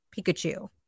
Pikachu